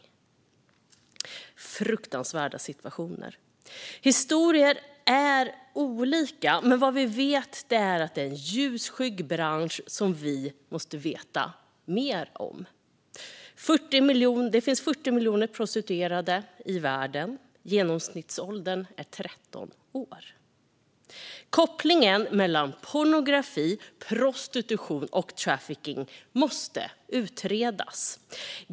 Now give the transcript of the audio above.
Det är fruktansvärda situationer. Historierna är olika, men vad vi vet är att detta är en ljusskygg bransch som vi måste lära oss mer om. Det finns 40 miljoner prostituerade i världen. Genomsnittsåldern är 13 år. Kopplingen mellan pornografi, prostitution och trafficking måste utredas.